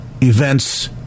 events